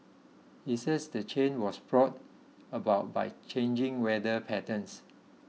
he said the change was brought about by changing weather patterns